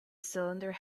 cylinder